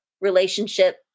relationship